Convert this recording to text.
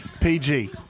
PG